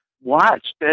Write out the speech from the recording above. watched